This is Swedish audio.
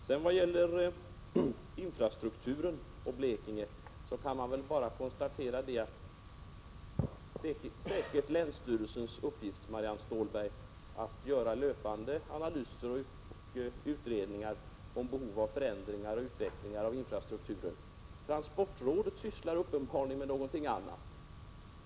Beträffande infrastrukturen och Blekinge: Det är säkert länsstyrelsens uppgift, Marianne Stålberg, att göra löpande analyser och utredningar om behovet av förändringar och utveckling av infrastrukturen. Transportrådet sysslar uppenbarligen med annat.